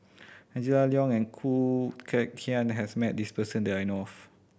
Angela Liong and Khoo Kay Hian has met this person that I know of